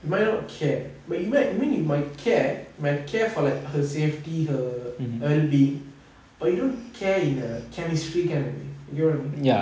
you might not care but you might I mean you might care might care for her safety her wellbeing but you don't care in a chemistry kind of way you get what I mean